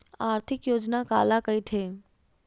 आर्थिक योजना काला कइथे?